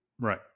Right